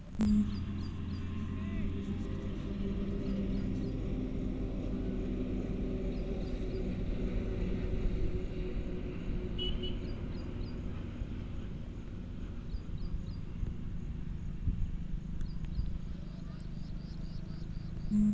कोनो private company के bond ल लेहे मे बियाज जादा रथे फिर जोखिम घलो ढेरेच रथे